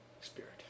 spirit